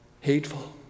hateful